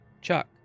Chuck